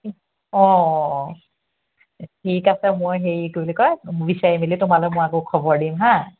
অ অ অ ঠিক আছে মই হেৰি কি বুলি কয় বিচাৰি মেলি তোমালৈ মই আকৌ খবৰ দিম হা